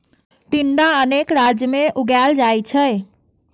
टिंडा अनेक राज्य मे उगाएल जाइ छै